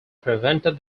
prevented